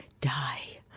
die